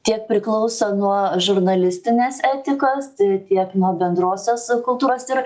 tiek priklauso nuo žurnalistinės etikos tiek nuo bendrosios kultūros ir